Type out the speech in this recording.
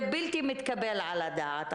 זה בלתי מתקבל על הדעת.